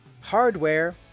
Hardware